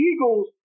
Eagles